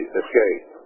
escape